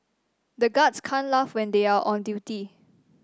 the guards can't laugh when they are on duty